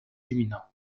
éminents